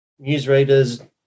newsreaders